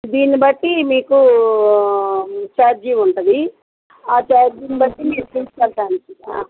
దీన్ని బట్టి మీకు చార్జి ఉంటుంది ఆ చార్జిని బట్టి మీరు ఫీస్ కట్టాలి